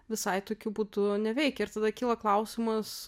visai tokiu būdu neveikia ir tada kyla klausimas